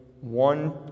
one